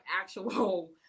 actual